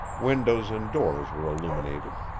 windows and doors were illuminated.